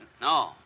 No